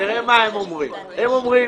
הם אומרים